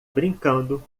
brincando